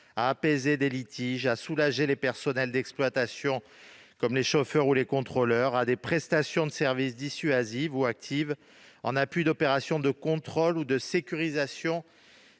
apaiser des litiges et soulager le personnel d'exploitation, comme chauffeurs ou contrôleurs, à des prestations de service dissuasives ou actives en appui d'opérations de contrôle ou de sécurisation